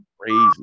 crazy